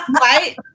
Right